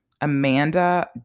Amanda